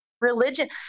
religion